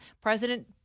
President